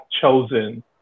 chosen